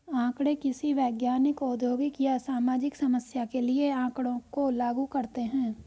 आंकड़े किसी वैज्ञानिक, औद्योगिक या सामाजिक समस्या के लिए आँकड़ों को लागू करते है